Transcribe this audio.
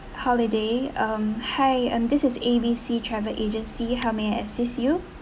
holiday um hi um this is A_B_C travel agency how may I assist you